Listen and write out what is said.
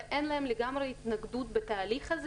ואין להם לגמרי התנגדות לתהליך הזה.